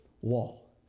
wall